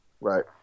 Right